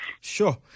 sure